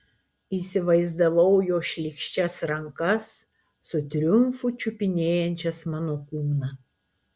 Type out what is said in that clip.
įsivaizdavau jo šlykščias rankas su triumfu čiupinėjančias mano kūną